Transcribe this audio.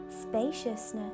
spaciousness